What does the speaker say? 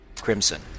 crimson